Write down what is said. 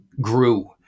grew